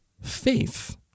faith